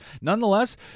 Nonetheless